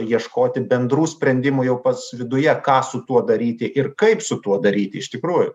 ieškoti bendrų sprendimų jau pas viduje ką su tuo daryti ir kaip su tuo daryt iš tikrųjų